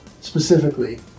specifically